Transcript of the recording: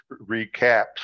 recaps